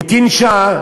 המתין שעה,